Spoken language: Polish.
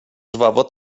żwawo